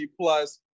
Plus